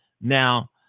Now